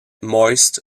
moist